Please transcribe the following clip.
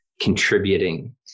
contributing